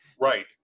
Right